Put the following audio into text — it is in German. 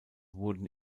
wurden